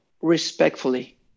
respectfully